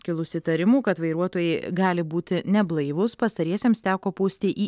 kilus įtarimų kad vairuotojai gali būti neblaivūs pastariesiems teko pūsti į